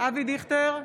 אבי דיכטר,